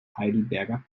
heidelberger